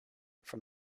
from